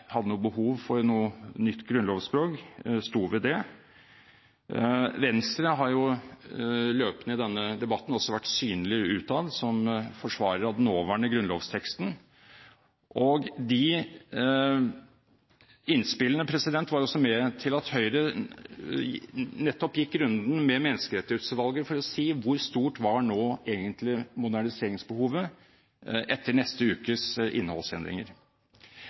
hadde behov for noe nytt grunnlovsspråk, sto ved det. Venstre har løpende i denne debatten også vært synlige utad som forsvarere av den nåværende grunnlovsteksten, og de innspillene medvirket også til at Høyre nettopp gikk runden med Menneskerettighetsutvalget for å se hvor stort nå egentlig moderniseringsbehovet var etter neste ukes innholdsendringer.